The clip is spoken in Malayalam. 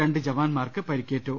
രണ്ട് ജവാന്മാർക്ക് പരിക്കേറ്റു